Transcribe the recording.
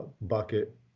bucket